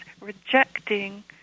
rejecting